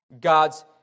God's